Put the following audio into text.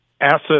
asset